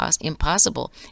impossible